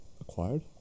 Acquired